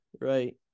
right